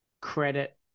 credit